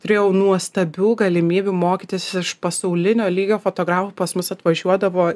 turėjau nuostabių galimybių mokytis iš pasaulinio lygio fotografų pas mus atvažiuodavo